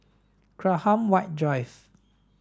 Graham White Drive